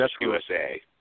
USA